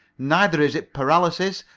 neither is it paralysis,